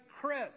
Chris